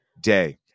day